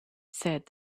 said